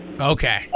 Okay